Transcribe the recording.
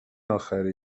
آخری